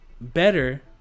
better